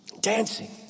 dancing